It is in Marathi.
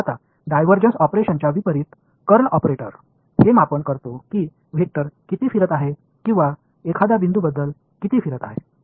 आता डायव्हर्जन्स ऑपरेटरच्या विपरीत कर्ल ऑपरेटर हे मापन करतो की वेक्टर किती फिरत आहे किंवा एखाद्या बिंदूबद्दल किती फिरत आहे